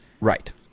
Right